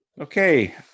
Okay